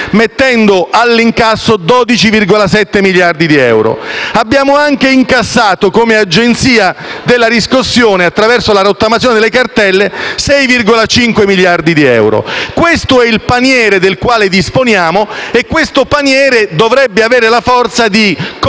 mettendo all'incasso 12,7 miliardi di euro. Abbiamo anche incassato come Agenzia delle entrate-Riscossione, attraverso la rottamazione delle cartelle, 6,5 miliardi di euro. Questo è il paniere del quale disponiamo, che dovrebbe avere la forza di coprire